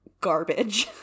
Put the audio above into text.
garbage